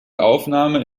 aufnahme